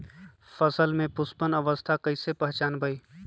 फसल में पुष्पन अवस्था कईसे पहचान बई?